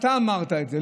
אתה אמרת את זה,